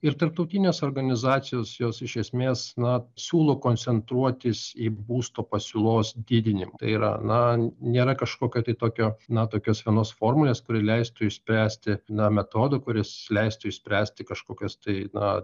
ir tarptautinės organizacijos jos iš esmės na siūlo koncentruotis į būsto pasiūlos didinimą tai yra na nėra kažkokio tai tokio na tokios vienos formulės kuri leistų išspręsti na metodą kuris leistų išspręsti kažkokias tai na